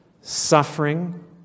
suffering